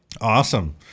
awesome